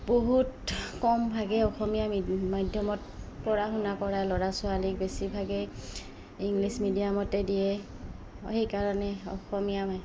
বহুত কমভাগে অসমীয়া ম মাধ্যমত পঢ়া শুনা কৰা ল'ৰা ছোৱালীক বেছিভাগেই ইংলিছ মিডিয়ামতে দিয়ে সেইকাৰণে অসমীয়া মা